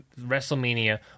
wrestlemania